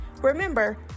Remember